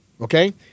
Okay